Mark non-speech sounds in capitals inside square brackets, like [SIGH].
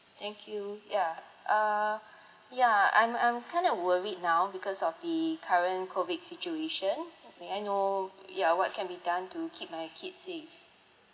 thank you yeah uh [BREATH] ya I'm I'm kind of worried now because of the current COVID situation m~ may I know ya what can be done to keep my kids safe